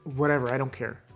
whatever. i don't care.